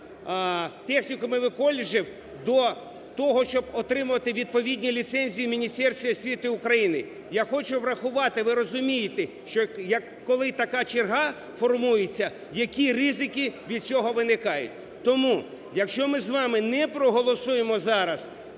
технікумів і коледжів до того, щоб отримувати відповідні ліцензії в Міністерстві освіти України. Я хочу врахувати, ви розумієте, що коли така черга формується, які ризики від цього виникають. Тому, якщо ми з вами не проголосуємо зараз